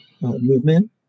movement